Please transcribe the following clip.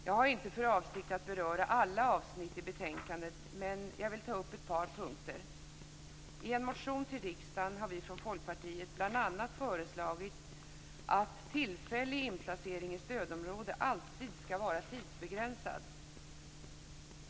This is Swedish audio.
Jag har inte för avsikt att beröra alla avsnitt i betänkandet men jag vill ta upp ett par punkter. I en motion till riksdagen har vi från Folkpartiet bl.a. föreslagit att tillfällig inplacering i stödområde alltid skall vara tidsbegränsad.